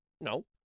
No